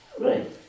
Right